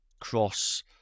cross